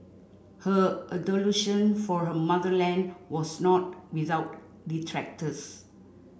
her adulation for her motherland was not without detractors